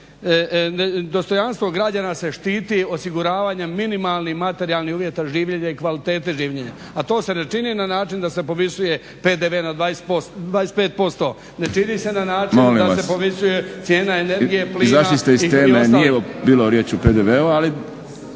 Dostojanstvo građana se štiti osiguravanje minimalnim materijalni uvjeta življenja i kvalitete življenja, a to se ne čini na način da se povisuje PDV na 25%, ne čini se na način da se povisuje cijena… **Šprem, Boris (SDP)** Molim vas. Izašli ste iz teme nije bilo riječ o PDV-u ali,